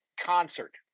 concert